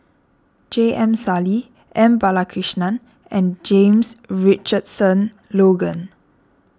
J M Sali M Balakrishnan and James Richardson Logan